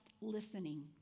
listening